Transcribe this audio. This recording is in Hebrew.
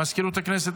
מזכירות הכנסת,